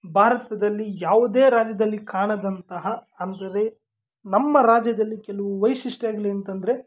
ಭಾರತದಲ್ಲಿ ಯಾವುದೇ ರಾಜ್ಯದಲ್ಲಿ ಕಾಣದಂತಹ ಅಂದರೆ ನಮ್ಮ ರಾಜ್ಯದಲ್ಲಿ ಕೆಲವು ವೈಶಿಷ್ಟ್ಯಗಳಂತಂದ್ರೆ